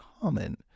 common